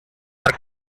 are